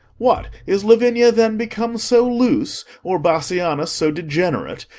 what, is lavinia then become so loose, or bassianus so degenerate,